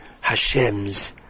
Hashem's